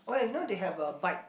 oh ya you know they have a bike